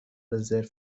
رزرو